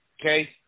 okay